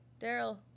Daryl